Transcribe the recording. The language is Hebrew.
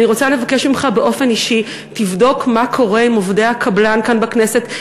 אני רוצה לבקש ממך באופן אישי: תבדוק מה קורה עם עובדי הקבלן כאן בכנסת,